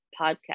podcast